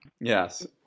Yes